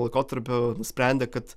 laikotarpiu nusprendė kad